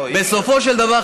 בסופו של דבר,